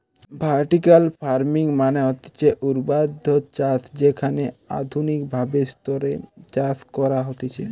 vertical farming মানে হতিছে ঊর্ধ্বাধ চাষ যেখানে আধুনিক ভাবে স্তরে চাষ করা হতিছে